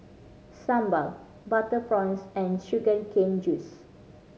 sambal butter prawns and sugar cane juice